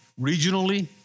regionally